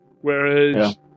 whereas